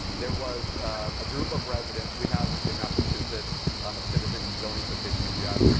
there was a group of residents. we have in massachusetts a citizen zoning petition. if you have,